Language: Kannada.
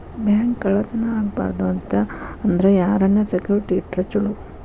ಬ್ಯಾಂಕ್ ಕಳ್ಳತನಾ ಆಗ್ಬಾರ್ದು ಅಂತ ಅಂದ್ರ ಯಾರನ್ನ ಸೆಕ್ಯುರಿಟಿ ಇಟ್ರ ಚೊಲೊ?